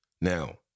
Now